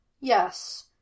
Yes